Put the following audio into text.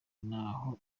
ntaho